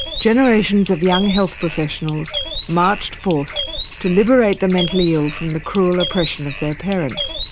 generations of young health professionals marched forth to liberate the mentally ill from the cruel oppression of their parents.